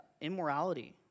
immorality